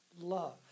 love